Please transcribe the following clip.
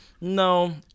No